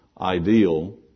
ideal